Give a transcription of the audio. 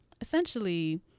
essentially